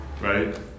right